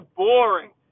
boring